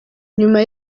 nyuma